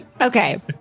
Okay